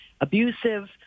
abusive